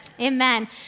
Amen